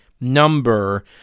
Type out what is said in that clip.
number